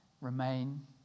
remain